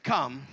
Come